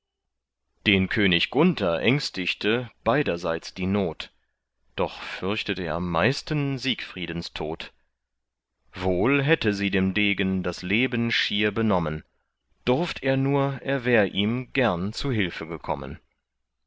den könig gunther ängstigte beiderseits die not doch fürchtet er am meisten siegfriedens tod wohl hätte sie dem degen das leben schier benommen durft er nur er wär ihm gern zu hilfe gekommen